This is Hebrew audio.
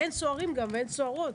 אבל אין סוהרים ואין סוהרות.